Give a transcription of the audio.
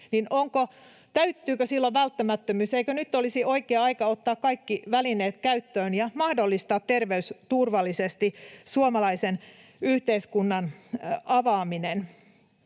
täyttyykö silloin välttämättömyys. Eikö nyt olisi oikea aika ottaa kaikki välineet käyttöön ja mahdollistaa terveysturvallisesti suomalaisen yhteiskunnan avaaminen?